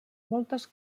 moltes